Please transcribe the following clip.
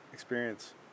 experience